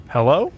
Hello